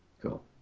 Cool